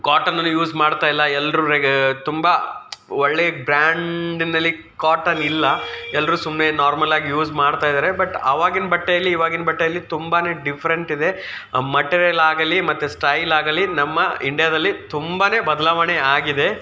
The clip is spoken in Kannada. ಕಾಟನನ್ನು ಯೂಸ್ ಮಾಡ್ತಾ ಇಲ್ಲ ಎಲ್ಲರೂ ತುಂಬ ಒಳ್ಳೆಯ ಬ್ರಾಂಡಿನಲ್ಲಿ ಕಾಟನ್ ಇಲ್ಲ ಎಲ್ಲರೂ ಸುಮ್ಮನೆ ನಾರ್ಮಲ್ಲಾಗಿ ಯೂಸ್ ಮಾಡ್ತಾ ಇದ್ದಾರೆ ಬಟ್ ಆವಾಗಿನ ಬಟ್ಟೆಯಲ್ಲಿ ಇವಾಗಿನ ಬಟ್ಟೆಯಲ್ಲಿ ತುಂಬಾ ಡಿಫ್ರೆಂಟ್ ಇದೆ ಮಟೀರಿಯಲ್ ಆಗಲೀ ಮತ್ತು ಸ್ಟೈಲ್ ಆಗಲೀ ನಮ್ಮ ಇಂಡಿಯಾದಲ್ಲಿ ತುಂಬಾ ಬದಲಾವಣೆ ಆಗಿದೆ